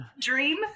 dream